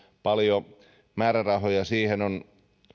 paljonko määrärahoja siihen on